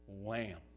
Lamb